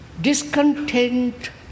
discontent